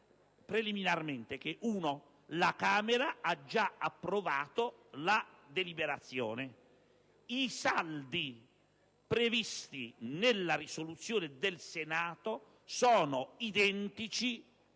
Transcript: preliminarmente che la Camera ha già approvato la deliberazione e che i saldi previsti nella risoluzione del Senato sono identici